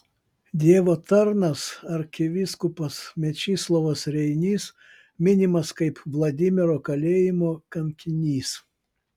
dievo tarnas arkivyskupas mečislovas reinys minimas kaip vladimiro kalėjimo kankinys